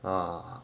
ah